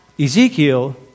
Ezekiel